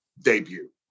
debut